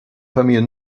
famille